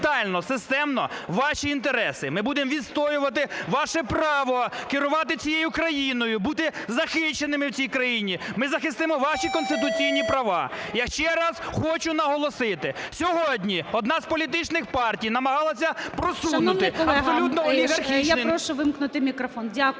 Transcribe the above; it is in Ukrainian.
Шановний колего! Я прошу вимкнути мікрофон. Дякую.